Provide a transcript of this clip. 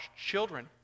Children